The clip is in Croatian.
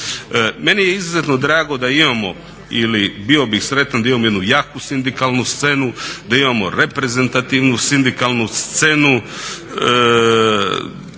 Meni je izuzetno drago da imamo ili bio bih sretan da imamo jednu jaku sindikalnu scenu, da imamo reprezentativnu sindikalnu scenu.